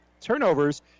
turnovers